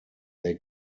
they